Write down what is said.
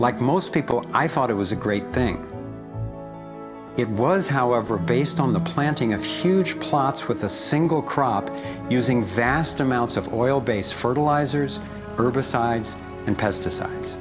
like most people i thought it was a great thing it was however based on the planting of huge plots with a single crop using vast amounts of oil based fertilizers herbicides and pesticides